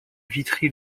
vitry